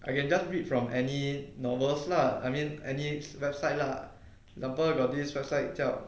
I can just read from any novels lah I mean any website lah remember got this website 叫